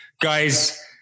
Guys